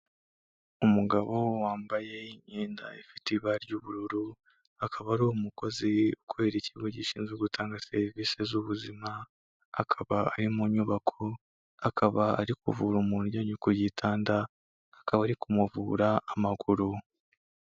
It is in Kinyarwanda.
Umugabo wambaye imyenda ifite ibara ry'ubururu, akaba ari umukozi ukorera ikigo gishinzwe gutanga serivisi z'ubuzima, akaba ari mu nyubako, akaba ari kuvura umuntu uryamye ku gitanda, akaba ari ku muvura amaguru.